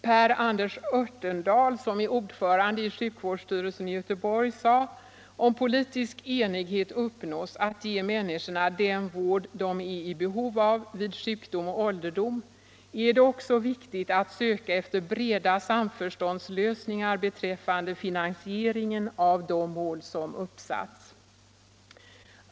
Per Anders Örtendahl, ordförande i sjukvårdsstyrelsen i Göteborg, anförde: ”Om politisk enighet uppnås att ge människorna den vård de är i behov av vid sjukdom och ålderdom, är det också viktigt att söka efter breda samförståndslösningar beträffande finansieringen av de mål som uppsatts.